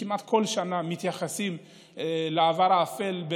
כמעט כל שנה מתייחסים לעבר האפל,